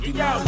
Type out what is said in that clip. yo